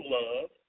love